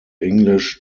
english